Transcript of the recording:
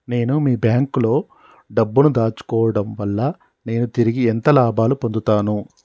నేను మీ బ్యాంకులో డబ్బు ను దాచుకోవటం వల్ల నేను తిరిగి ఎంత లాభాలు పొందుతాను?